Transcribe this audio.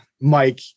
Mike